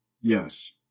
yes